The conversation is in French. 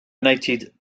united